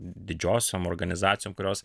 didžiosiom organizacijom kurios